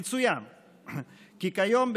יצוין כי כיום,